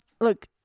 look